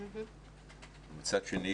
מצד שני,